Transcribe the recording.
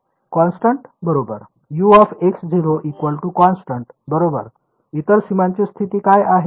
constant बरोबर U constant बरोबर इतर सीमांची स्थिती काय आहे